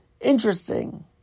interesting